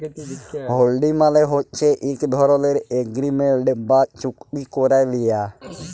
হুল্ডি মালে হছে ইক ধরলের এগ্রিমেল্ট বা চুক্তি ক্যারে লিয়া